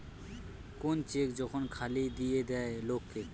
কোন চেক যখন খালি দিয়ে দেয় লোক কে